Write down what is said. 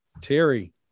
Terry